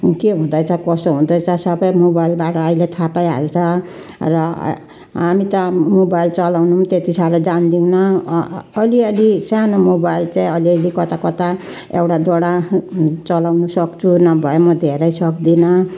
के हुँदैछ कसो हुँदैछ सबै मोबाइलबाट अहिले थाहा पाइहाल्छ र हामी त मोबाइल चलाउनु पनि त्यति साह्रो जान्दैनौं अलिअलि सानो मोबाइल चाहिँ अलिअलि कता कता एउटा दुईवटा चलाउनसक्छौँ नभए म धेरै सक्दिनँ